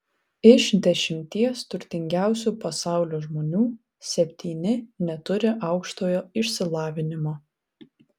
iš dešimties turtingiausių pasaulio žmonių septyni neturi aukštojo išsilavinimo